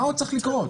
מה עוד צריך לקרות?